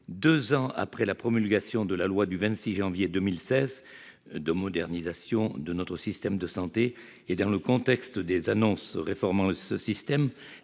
Deux ans après la promulgation de la loi du 26 janvier 2016 de modernisation de notre système de santé et dans le contexte des annonces réformant ce système,